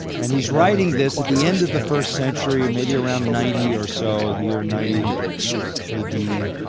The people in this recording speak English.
and he's writing this at the end of the first century, maybe around ninety or so, the year ninety a d,